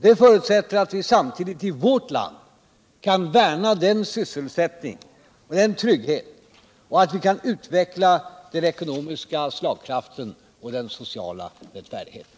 Det förutsätter att vi samtidigt i vårt land kan värna om sysselsättningen och tryggheten, att vi kan utveckla den ekonomiska slagkraften och den sociala rättfärdigheten.